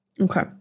Okay